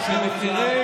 (חבר הכנסת אופיר כץ יוצא מאולם המליאה.) כשמחירי